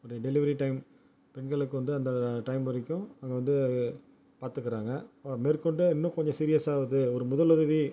ஒரு delivery time பெண்களுக்கு வந்து அந்த டைம் வரைக்கும் அங்கே வந்து பார்த்துக்கிறாங்க மேற்கொண்டு இன்னும் கொஞ்சம் சீரியஸாக ஆகுது ஒரு முதலுதவி